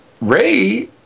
Ray